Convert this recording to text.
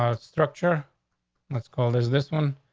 ah structure that's called. is this one?